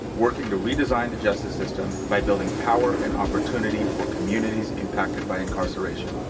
working to redesign the justice system by building power and opportunity for communities impacted by incarceration